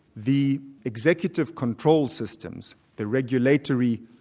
the executive control systems, the regulatory,